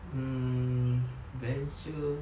mm venture